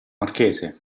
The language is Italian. marchese